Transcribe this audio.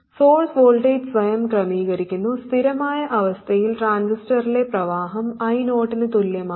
source voltage സ്വയം ക്രമീകരിക്കുന്നു സ്ഥിരമായ അവസ്ഥയിൽ ട്രാൻസിസ്റ്ററിലെ പ്രവാഹം I0 ന് തുല്യമാണ്